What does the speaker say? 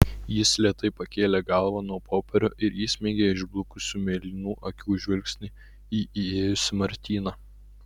jis lėtai pakėlė galvą nuo popierių ir įsmeigė išblukusių mėlynų akių žvilgsnį į įėjusį martyną